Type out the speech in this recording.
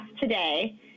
today